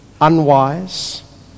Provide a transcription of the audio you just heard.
unwise